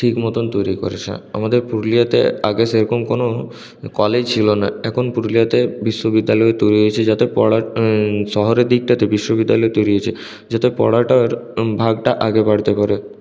ঠিক মতো তৈরি করেছে আমাদের পুরুলিয়াতে আগে সে রকম কোনো কলেজ ছিল না এখন পুরুলিয়াতে বিশ্ববিদ্যালয় তৈরি হয়েছে যাতে পড়া শহরের দিকটাতে বিশ্ববিদ্যালয় তৈরি হয়েছে যাতে পড়াটার ভাগটা আগে বাড়তে পারে